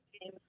game